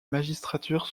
magistrature